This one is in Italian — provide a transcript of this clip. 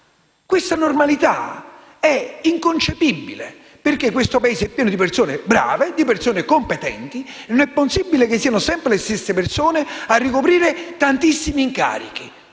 Questa normalità è inconcepibile: il nostro Paese è pieno di persone brave e competenti e non è possibile che siano sempre le stesse persone a ricoprire tantissimi incarichi,